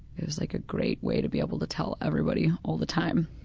it was like a great way to be able to tell everybody all the time,